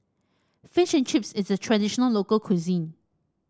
fish and Chips is a traditional local cuisine